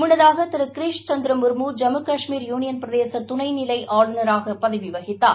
முன்னதாக திரு கிரீஷ் சந்திர முர்மு ஜம்மு காஷ்மீர் யூளியன் பிரதேச துணைநிலை ஆளுநராக பதவி வகித்தார்